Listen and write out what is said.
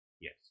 Yes